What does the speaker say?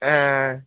ஆ ஆ